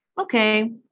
okay